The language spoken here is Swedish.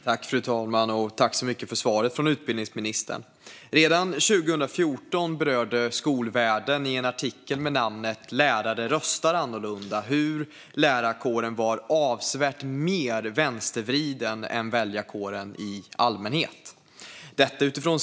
Fru talman! Tack så mycket för svaret från utbildningsministern! Redan 2014 berörde Skolvärlden i en artikel med rubriken "Lärare röstar annorlunda" hur lärarkåren var avsevärt mer vänstervriden än väljarkåren i allmänhet.